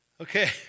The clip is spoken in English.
Okay